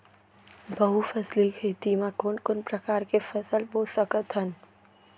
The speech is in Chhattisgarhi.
बहुफसली खेती मा कोन कोन प्रकार के फसल बो सकत हन?